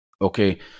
Okay